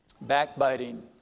Backbiting